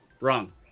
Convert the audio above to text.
Wrong